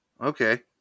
Okay